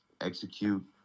Execute